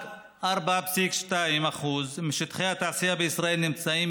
רק 4.2% משטחי התעשייה בישראל נמצאים,